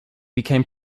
became